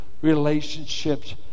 relationships